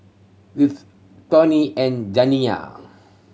Whit Toni and Janiya